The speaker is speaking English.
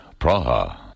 Praha